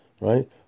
Right